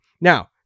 Now